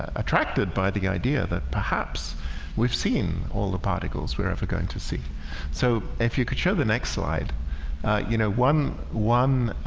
attracted by the idea that perhaps we've seen all the particles we're ever going to see so if you could show the next slide you know one one